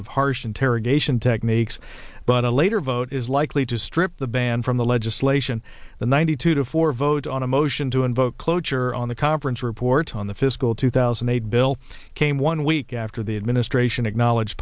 of harsh interrogation techniques but a later vote is likely to strip the band from the legislation the ninety two to four vote on a motion to invoke cloture on the conference report on the fiscal two thousand aid bill came one week after the administration acknowledge